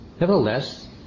Nevertheless